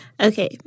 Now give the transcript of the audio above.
Okay